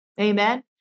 Amen